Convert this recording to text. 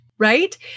right